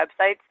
websites